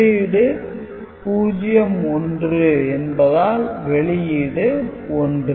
உள்ளீடு 0 1 என்பதால் வெளியீடு 1